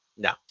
no